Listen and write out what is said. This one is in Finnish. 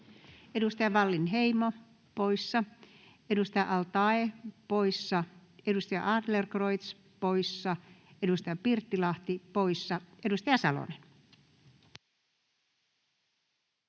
Edustaja Wallinheimo poissa, edustaja al-Taee poissa, edustaja Adlercreutz poissa, edustaja Pirttilahti poissa. — Edustaja Salonen.